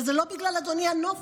וזה לא בגלל הנופש,